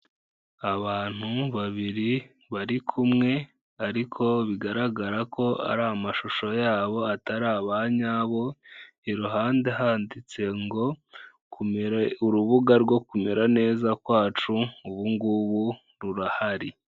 Abantu babiri bari kumwe ariko bigaragara ko ari amashusho yabo atari abanyabo, iruhande handitse ngo urubuga rwo kumera neza kwacu ubungubu rurahari.